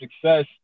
success